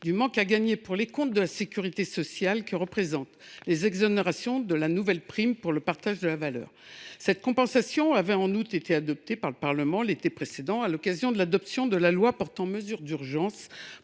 du manque à gagner pour les comptes de la sécurité sociale que représentent les exonérations de la nouvelle prime pour le partage de la valeur. Cette compensation avait été adoptée par le Parlement l’été précédent, à l’occasion de l’adoption de la loi portant mesures d’urgence